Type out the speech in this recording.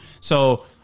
So-